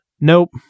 Nope